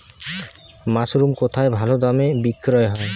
Mushroom কেথায় ভালোদামে বিক্রয় হয়?